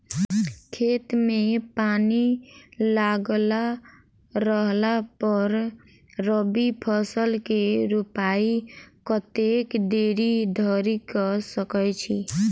खेत मे पानि लागल रहला पर रबी फसल केँ रोपाइ कतेक देरी धरि कऽ सकै छी?